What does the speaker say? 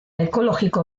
ekologiko